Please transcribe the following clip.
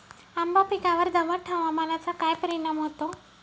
आंबा पिकावर दमट हवामानाचा काय परिणाम होतो?